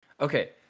Okay